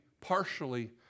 partially